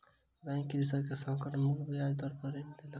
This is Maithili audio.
बैंक कृषक के संकट मुक्त ब्याज दर पर ऋण देलक